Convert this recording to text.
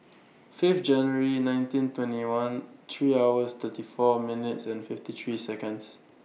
Fifth January nineteen twenty one three hours thirty four minutes and fifty three Seconds